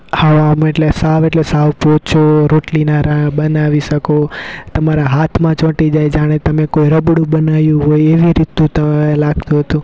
હાવ આમ એટલે સાવ એટલે સાવ પહોંચો રોટલીના રા બનાવી શકો તમારા હાથમાં ચોંટી જાય જાણે તમે કોઈ રબળું બનાવ્યું હોય એવી રીતે ધોતાં હવે લાગતું હતું